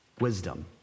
wisdom